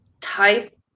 type